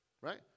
Right